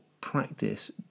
practice